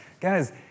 Guys